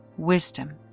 wisdom,